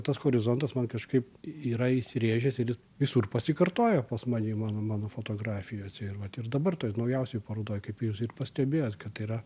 tas horizontas man kažkaip yra įsirėžęs ir jis visur pasikartoja pas mane i mano mano fotografijose ir vat ir dabar toj naujausioj parodoj kaip jūs ir pastebėjot kad yra